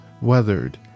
weathered